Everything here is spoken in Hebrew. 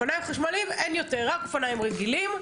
אופניים חשמליים אלא רק אופניים רגילים,